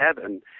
heaven